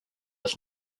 was